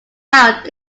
out